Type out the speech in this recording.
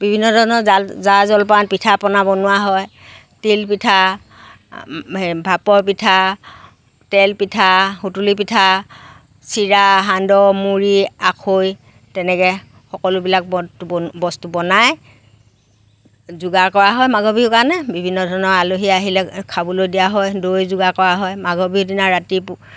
বিভিন্ন ধৰণৰ জা জা জলপান পিঠা পনা বনোৱা হয় তিল পিঠা সেই ভাপৰ পিঠা তেল পিঠা সুতুলি পিঠা চিৰা সান্দহ মুৰি আখৈ তেনেকৈ সকলোবিলাক বতু বস্তু বনাই যোগাৰ কৰা হয় মাঘৰ বিহুৰ কাৰণে বিভিন্ন ধৰণৰ আলহী আহিলে খাবলৈ দিয়া হয় দৈ যোগাৰ কৰা হয় মাঘৰ বিহুৰ দিনা ৰাতি